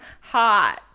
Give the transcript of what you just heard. hot